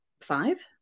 five